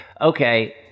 okay